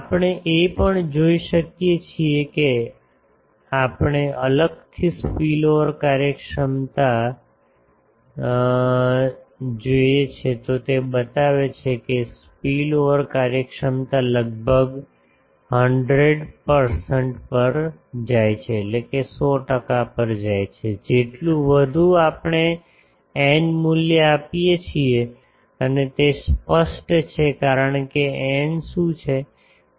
આપણે એ પણ જોઈ શકીએ છીએ કે જો આપણે અલગથી સ્પીલઓવર કાર્યક્ષમતા જુએ છે તો તે બતાવે છે કે સ્પીલઓવર કાર્યક્ષમતા લગભગ 100 ટકા પર જાય છે જેટલું વધુ આપણે એન મૂલ્ય આપીએ છીએ અને તે સ્પષ્ટ છે કારણ કે એન શું છે